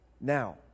now